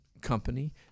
company